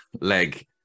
leg